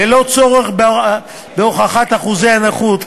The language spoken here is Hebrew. ללא צורך בהוכחת אחוזי הנכות,